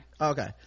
okay